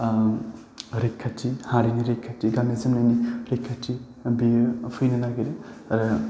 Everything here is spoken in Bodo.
रैखाथि हारिमु रैखाथि गाननाय जोमनायनि रैखाथि बेयो फैनो नागिरो